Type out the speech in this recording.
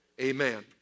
Amen